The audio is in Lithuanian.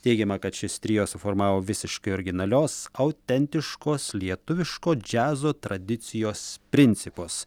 teigiama kad šis trio suformavo visiškai originalios autentiškos lietuviško džiazo tradicijos principus